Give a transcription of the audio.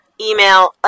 email